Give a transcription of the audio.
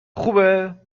خوبه